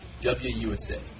WUSA